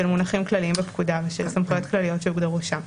מונחים כלליים בפקודה ושל סמכויות כלליות שהוגדרו שם.